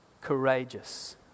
Courageous